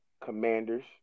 Commanders